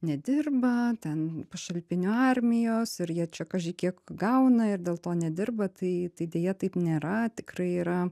nedirba ten pašalpinių armijos ir jie čia kaži kiek gauna ir dėl to nedirba tai tai deja taip nėra tikrai yra